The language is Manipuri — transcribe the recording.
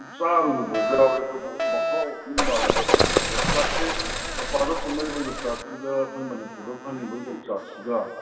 ꯆꯥꯔꯨꯕꯕꯥꯎ ꯌꯥꯎꯔꯦ ꯑꯗꯨꯕꯨ ꯃꯍꯥꯎꯗꯤ ꯃꯥꯟꯅꯗꯕ ꯑꯗꯨ ꯌꯣꯡꯆꯥꯛꯁꯦ ꯃꯄꯥꯟꯗ ꯐꯪꯅꯔꯤꯕ ꯌꯣꯡꯆꯥꯛꯁꯤꯒ ꯑꯩꯈꯣꯏ ꯃꯅꯤꯄꯨꯔꯗ ꯐꯪꯏꯕ ꯌꯣꯡꯆꯥꯛꯁꯤꯒ